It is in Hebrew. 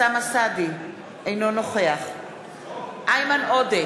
אינו נוכח איימן עודה,